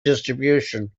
distribution